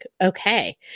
okay